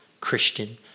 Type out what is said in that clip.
Christian